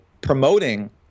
promoting